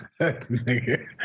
Nigga